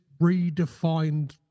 redefined